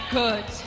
good